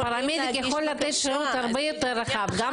פרמדיק יכול לתת שירות הרבה יותר רחב: גם